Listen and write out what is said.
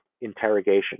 interrogation